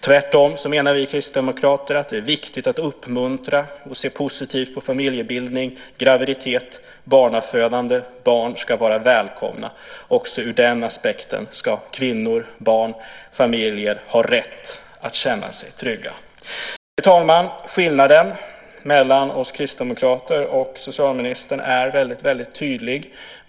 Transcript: Tvärtom menar vi kristdemokrater att det är viktigt att uppmuntra och se positivt på familjebildning, graviditet och barnafödande. Barn ska vara välkomna. Också ur den aspekten ska kvinnor, barn och familjer ha rätt att känna sig trygga. Herr talman! Skillnaden mellan oss kristdemokrater och socialministern är väldigt tydlig.